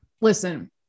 listen